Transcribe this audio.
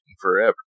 forever